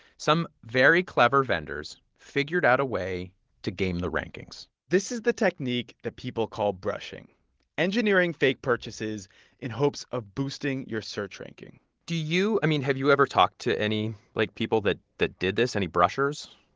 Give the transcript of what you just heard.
some very clever vendors figured out a way to game the rankings this is the technique that people call brushing engineering fake purchases in hopes of boosting your search ranking do you i mean, have you ever talked to any, like, people that that did this, any brushers?